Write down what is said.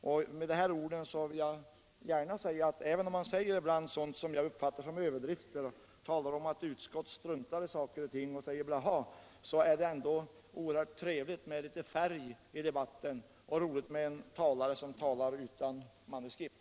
Jag vill också gärna understryka att det — även om herr Sjöholm säger | 1 sådant som jag uppfattar som överdrift och talar om att utskottet struntar i saker och ting och svarar blaha — ändå är oerhört trevligt med lNitet färg i debatten och roligt med en talare som talar utan manuskript.